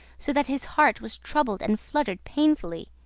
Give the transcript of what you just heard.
so that his heart was troubled and fluttered painfully.